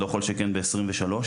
ולא כל שכן ב-2023.